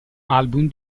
album